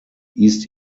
east